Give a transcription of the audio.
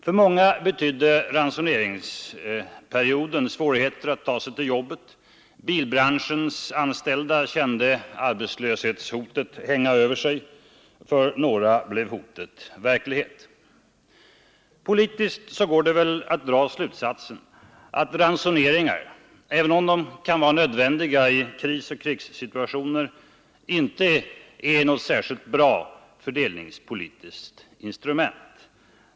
För många betydde ransoneringsperioden svårigheter att ta sig till jobbet. Bilbranschens anställda kände arbetslöshetshotet hänga över sig, för några blev hotet verklighet. Politiskt går det att dra slutsatsen att ransoneringar, även om de kan vara nödvändiga i krisoch krigssituationer, inte är något särskilt bra fördelningspolitiskt instrument.